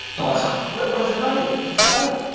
it's awesome. wow. what is it like? what's it like?